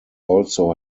also